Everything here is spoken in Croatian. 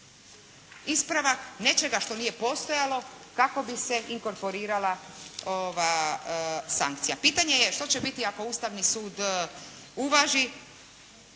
ispravak nečega što nije postojalo kako bi se inkorporirala sankcija. Pitanje je što će biti ako Ustavni sud uvaži